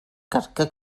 கற்க